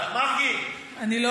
אני לא,